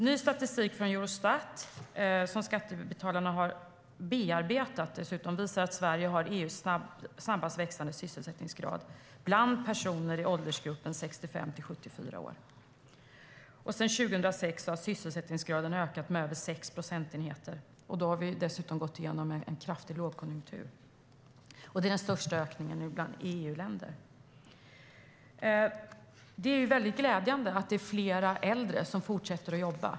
Ny statistik från Eurostat som Skattebetalarna har bearbetat visar att Sverige har EU:s snabbast växande sysselsättningsgrad bland personer i åldersgruppen 65-74 år. Sedan 2006 har sysselsättningsgraden ökat med över 6 procentenheter, och då har vi dessutom gått igenom en kraftig lågkonjunktur. Det är den största ökningen bland EU-länder. Det är glädjande att det är fler äldre som fortsätter att jobba.